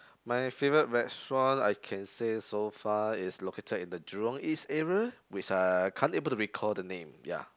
my favorite restaurant I can say so far is located in the Jurong-East area which I can't able to recall the name ya